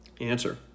Answer